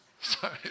Sorry